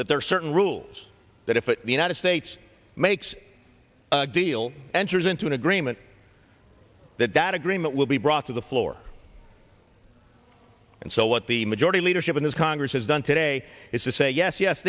that there are certain rules that if it the united states makes a deal enters into an agreement that that agreement will be brought to the floor and so what the majority leadership in this congress has done today is to say yes yes